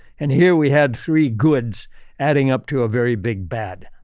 and here we had three goods adding up to a very big bad.